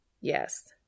Yes